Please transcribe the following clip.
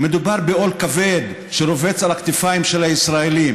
מדובר בעול כבד שרובץ על הכתפיים של הישראלים.